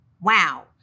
Wow